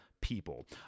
People